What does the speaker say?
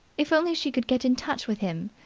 if only she could get in touch with him,